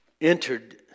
entered